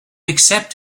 accept